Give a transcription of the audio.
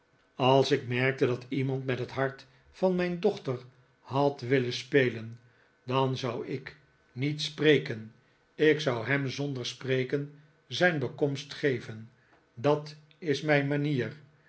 als ik merkte dat iemand met het hart van mijn dochter had willen spelen dan zou ik niet spreken ik zou hem zonder spreken zijn bekomst geven dat is mijn manier